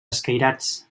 escairats